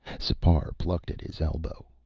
sipar plucked at his elbow.